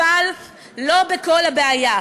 לא בכל הבעיה.